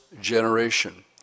generation